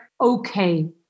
okay